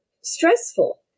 stressful